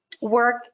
work